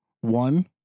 One